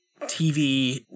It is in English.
TV